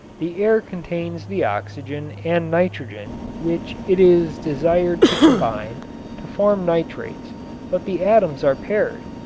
the air contains the oxygen and nitrogen which it is desired to combine to form nitrates but the atoms are paired,